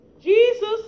Jesus